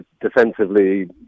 defensively